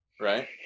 right